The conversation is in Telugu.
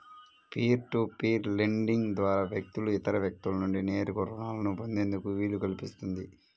పీర్ టు పీర్ లెండింగ్ ద్వారా వ్యక్తులు ఇతర వ్యక్తుల నుండి నేరుగా రుణాలను పొందేందుకు వీలు కల్పిస్తుంది